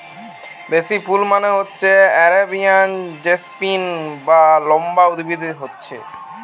বেলি ফুল মানে হচ্ছে আরেবিয়ান জেসমিন যা লম্বা উদ্ভিদে হচ্ছে